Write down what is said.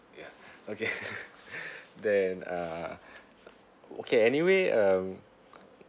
ya okay then uh okay anyway um